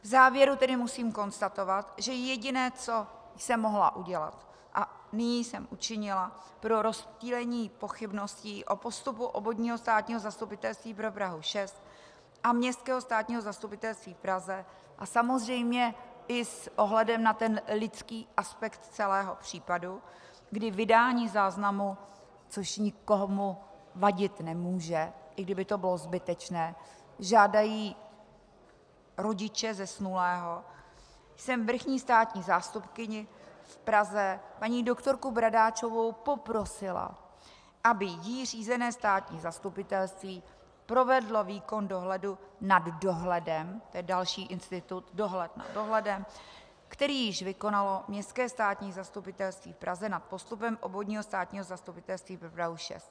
V závěru tedy musím konstatovat, že jediné, co jsem mohla udělat a nyní jsem učinila pro rozptýlení pochybností o postupu Obvodního státního zastupitelství pro Prahu 6 a Městského státního zastupitelství v Praze a samozřejmě i s ohledem na ten lidský aspekt celého případu, kdy vydání záznamu, což nikomu vadit nemůže, i kdyby to bylo zbytečné, žádají rodiče zesnulého, jsem vrchní státní zástupkyni v Praze, paní doktorku Bradáčovou, poprosila, aby jí řízené státní zastupitelství provedlo výkon dohledu nad dohledem to je další institut, dohled nad dohledem , který již vykonalo Městské státní zastupitelství v Praze nad postupem Obvodního státního zastupitelství pro Prahu 6.